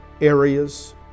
areas